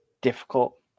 difficult